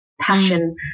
passion